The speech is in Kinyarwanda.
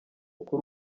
kuri